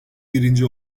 birinci